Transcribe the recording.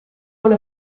one